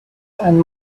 and